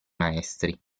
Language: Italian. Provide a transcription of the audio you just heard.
maestri